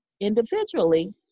individually